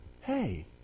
hey